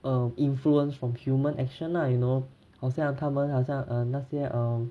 err influence from human action lah you know 好像他们好像 um 那些 um